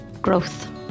growth